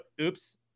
oops